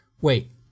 wait